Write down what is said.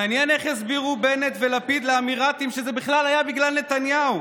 מעניין איך יסבירו בנט ולפיד לאמירתים שזה בכלל היה בגלל נתניהו,